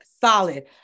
solid